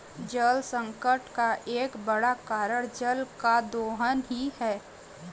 जलसंकट का एक बड़ा कारण जल का दोहन ही है